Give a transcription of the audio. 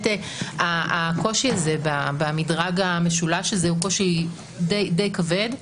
הקושי הזה במדרג המשולש הזה הוא קושי די כבד.